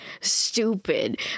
stupid